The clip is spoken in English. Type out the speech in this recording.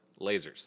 lasers